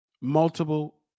multiple